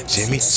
Jimmy